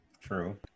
True